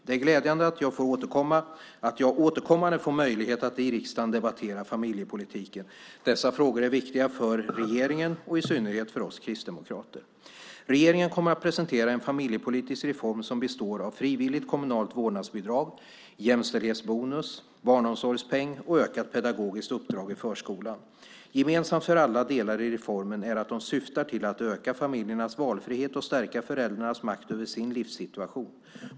Det är glädjande att jag återkommande får möjlighet att i riksdagen debattera familjepolitiken. Dessa frågor är viktiga för regeringen och i synnerhet för oss kristdemokrater. Regeringen kommer att presentera en familjepolitisk reform som består av frivilligt kommunalt vårdnadsbidrag, jämställdhetsbonus, barnomsorgspeng och ökat pedagogiskt uppdrag i förskolan. Gemensamt för alla delar i reformen är att de syftar till att öka familjernas valfrihet och stärka föräldrarnas makt över sin livssituation.